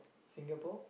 Singapore